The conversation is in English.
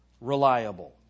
reliable